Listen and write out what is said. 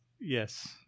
Yes